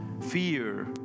fear